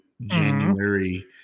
January